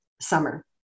summer